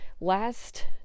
last